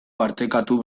partekatu